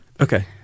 Okay